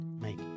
make